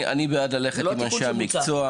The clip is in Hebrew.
אני בעד ללכת עם אנשי המקצוע.